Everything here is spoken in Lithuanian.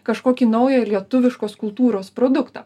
kažkokį naują lietuviškos kultūros produktą